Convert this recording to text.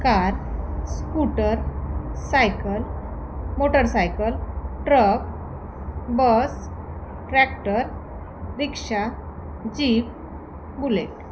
car scooter cycle motorcycle truck bus tractor rickshaw jeep bullet